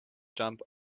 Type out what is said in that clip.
jump